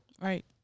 Right